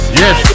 yes